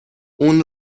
اون